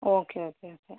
okay okay okay